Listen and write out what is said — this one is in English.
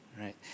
right